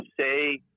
say